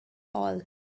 all